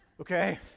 okay